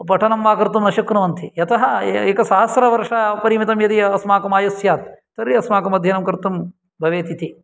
पठनं वा कर्तुं न शक्नुवन्ति यतः एकसहस्रवर्षपरिमितं यदि अस्माकम् आयुः स्यात् तर्हि अस्माकम् अध्ययनं कर्तुं भवेत् इति